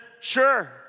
sure